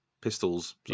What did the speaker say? Pistols